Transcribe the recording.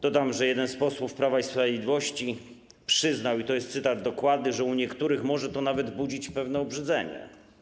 Dodam, że jeden z posłów Prawa i Sprawiedliwości przyznał, i to jest cytat dokładny, że u niektórych może to nawet budzić pewne obrzydzenie.